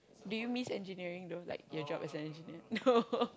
do you miss engineering though like your job as an engineer no